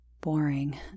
Boring